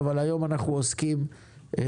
אבל היום אנחנו עוסקים בצפון.